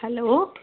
hello